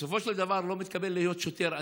בסופו של דבר לא מתקבל להיות שוטר?